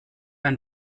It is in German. ein